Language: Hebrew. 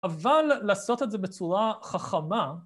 אבל לעשות את זה בצורה חכמה...